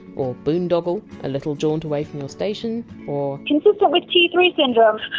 or! boondoggle, a little jaunt away from your station, or consistent with t three syndrome,